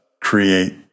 create